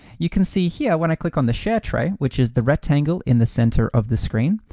you can see here, when i click on the share tray, which is the rectangle in the center of the screen,